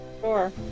Sure